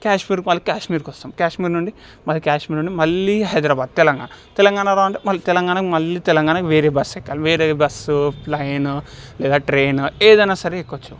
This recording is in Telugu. కాశ్మీర్ కాశ్మీర్కి వస్తాం కాశ్మీర్ నుండి మళ్ళీ కాశ్మీర్ నుండి మళ్ళీ హైదరాబాదు తెలంగాణ తెలంగాణా రావాలంటే మళ్ళీ తెలంగాణకు మళ్ళీ తెలంగాణకు వేరే బస్సు ఎక్కాలి వేరే బస్సు ప్లైను లేదా ట్రైను ఏదైనా సరే ఎక్కొచ్చు